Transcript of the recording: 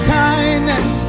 kindness